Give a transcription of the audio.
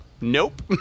Nope